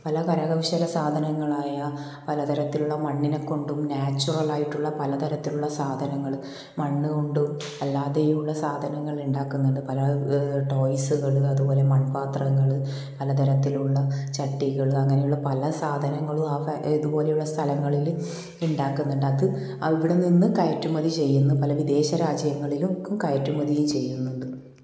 പല കരകൗശല സാധനങ്ങളായ പലതരത്തിലുള്ള മണ്ണിനെക്കൊണ്ടും നാച്ചുറൽ ആയിട്ടുള്ള പലതരത്തിലുള്ള സാധനങ്ങൾ മണ്ണ് കൊണ്ട് അല്ലാതെയുള്ള സാധനങ്ങൾ ഉണ്ടാക്കുന്നുണ്ട് പല ടോയ്സുകൾ അതുപോലെ മൺപാത്രങ്ങൾ പലതരത്തിലുള്ള ചട്ടികൾ അങ്ങനെ പല സാധനങ്ങളും അവ ഇതുപോലെയുള്ള സ്ഥലങ്ങളിൽ ഉണ്ടാക്കുന്നുണ്ട് അത് അവിടെ നിന്ന് കയറ്റുമതി ചെയ്യുന്ന പല വിദേശ രാജ്യങ്ങളിലേക്കും കയറ്റുമതി ചെയ്യുന്നുണ്ട്